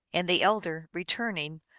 and the elder, returning,